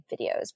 videos